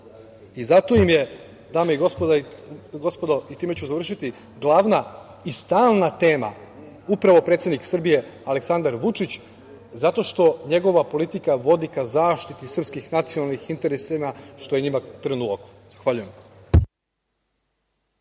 Zato im je, dame i gospodo, i time ću završiti, glavna i stalna tema upravo predsednik Srbije Aleksandar Vučić, zato što njegova politika vodi ka zaštiti srpskih nacionalnih interesa, što je njima trnu u oku. Zahvaljujem.